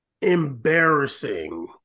Embarrassing